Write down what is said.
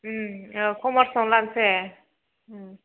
अ कमार्सआवनो लानोसै